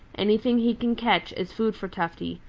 anything he can catch is food for tufty,